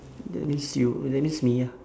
that means you oh that means me ah